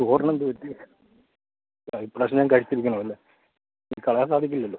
ചോറിനെന്ത് പറ്റി ആ ഈ പ്രാവശ്യം ഞാൻ കഴിച്ചിരിക്കണവല്ലോ കളയാൻ സാധിക്കില്ലല്ലോ